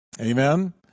Amen